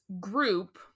group